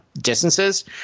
distances